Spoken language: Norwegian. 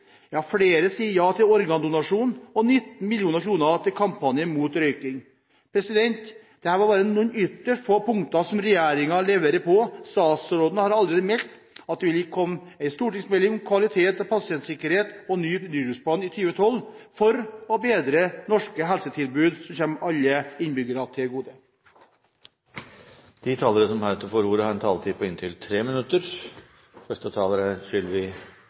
ja til organdonasjon 19 mill. kr til kampanje mot røyking. Dette var bare noen ytterst få punkter som regjeringen leverer på. Statsråden har allerede meldt at det vil komme en stortingsmelding om kvalitet og pasientsikkerhet og en ny rusplan i 2012, for å bedre norske helsetilbud, som kommer alle innbyggerne til gode. De talere som heretter får ordet, har en taletid på inntil 3 minutter.